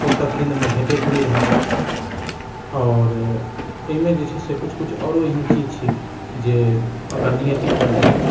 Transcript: पुस्तक केन्द्रमे भेटैत नहि रहैत छै आओर एहिमे जे छै से किछु किछु आओरो एहन चीज छै जे एकर निगेटिव पोईंट छै